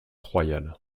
royal